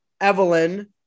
Evelyn